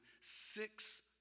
six